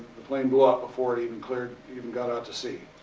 the plane blew up before it even cleared, even got out to sea.